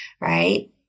right